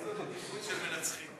איזו נדיבות של מנצחים.